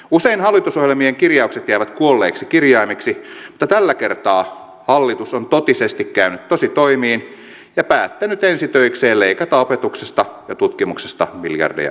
usein hallitusohjelmien kirjaukset jäävät kuolleiksi kirjaimiksi mutta tällä kertaa hallitus on totisesti käynyt tositoimiin ja päättänyt ensi töikseen leikata opetuksesta ja tutkimuksesta miljardeja euroja